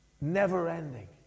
never-ending